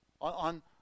On